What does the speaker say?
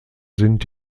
sind